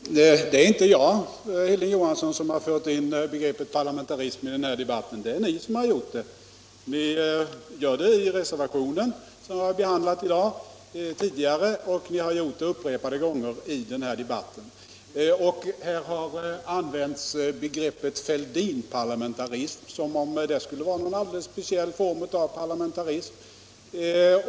Herr talman! Det är inte jag, Hilding Johansson, som har infört begreppet parlamentarism i denna debatt, det är ni som har gjort det. Ni gör det i reservationen som vi har behandlat tidigare i dag och ni har gjort det upprepade gånger i denna debatt. Här har använts begreppet Fälldinparlamentarism som om det skulle vara någon speciell form av parlamentarism.